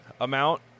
amount